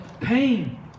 pain